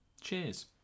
Cheers